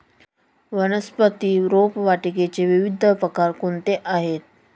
वनस्पती रोपवाटिकेचे विविध प्रकार कोणते आहेत?